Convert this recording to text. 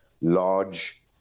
large